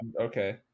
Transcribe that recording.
Okay